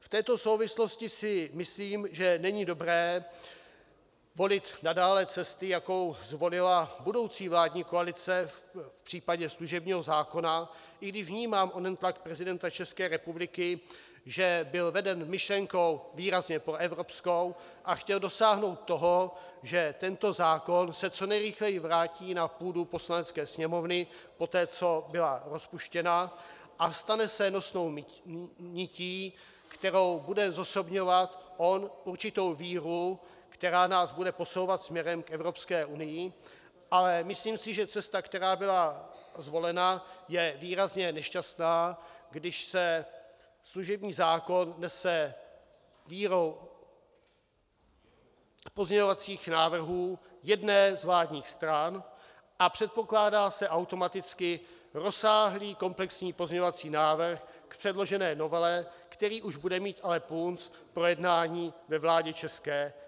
V této souvislosti si myslím, že není dobré volit nadále cestu, jakou zvolila budoucí vládní koalice v případě služebního zákona, i když vnímám onen tlak prezidenta ČR, že byl veden myšlenkou výrazně proevropskou a chtěl dosáhnout toho, že tento zákon se co nejrychleji vrátí na půdu Poslanecké sněmovny poté, co byla rozpuštěna, a stane se nosnou nití, kterou bude zosobňovat on určitou vírou, která nás bude posouvat směrem k EU, ale myslím si, že cesta, která byla zvolena, je výrazně nešťastná, když se služební zákon nese vírou pozměňovacích návrhů jedné z vládních stran a předpokládá se automaticky rozsáhlý komplexní pozměňovací návrh k předložené novele, který už bude mít ale punc projednání ve vládě ČR.